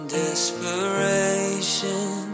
desperation